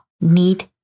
Need